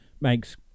makes